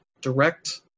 Direct